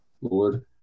Lord